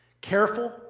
Careful